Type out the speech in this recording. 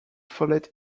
follett